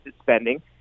spending